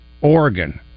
Oregon